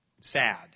sad